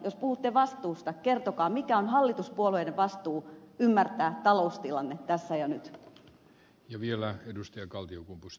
jos puhutte vastuusta kertokaa mikä on hallituspuolueiden vastuu ymmärtää taloustilanne tässä ja nyt